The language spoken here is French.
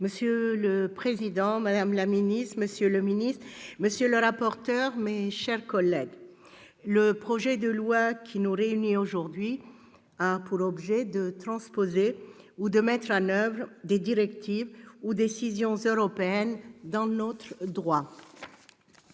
Monsieur le président, madame la ministre, monsieur le secrétaire d'État, monsieur le rapporteur, mes chers collègues, le projet de loi qui nous réunit aujourd'hui a pour objet de transposer ou de mettre en oeuvre des directives ou décisions européennes dans notre droit.